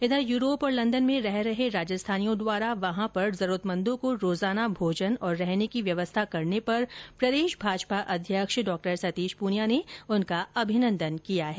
इधर यूरोप और लंदन में रह रहे राजस्थानियों द्वारा वहां पर जरूरतमंदों को रोजाना भोजन और रहने की व्यवस्था करने पर प्रदेश भाजपा अध्यक्ष सतीश पूनिया ने उनका अभिनंदन किया है